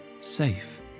Safe